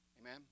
Amen